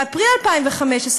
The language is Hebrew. באפריל 2015,